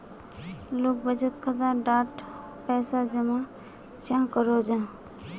लोग बचत खाता डात पैसा जमा चाँ करो जाहा?